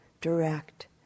direct